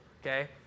Okay